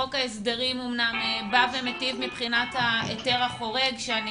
חוק הסדרים אמנם בא ומיטיב מבחינת ההיתר החורג שאני